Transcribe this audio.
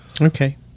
Okay